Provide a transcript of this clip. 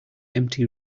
empty